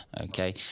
Okay